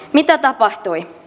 mitä tapahtui